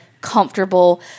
comfortable